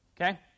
Okay